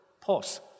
Pause